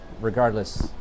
regardless